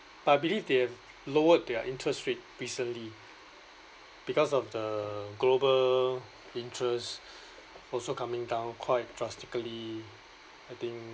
but I believe they have lowered their interest rate recently because of the global interest also coming down quite drastically I think